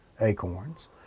acorns